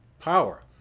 power